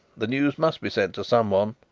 the news must be sent to some one,